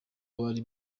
bari